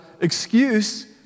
excuse